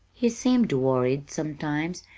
he seemed worried, sometimes,